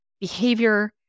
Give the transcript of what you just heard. behavior